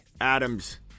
Adams